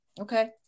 Okay